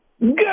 Good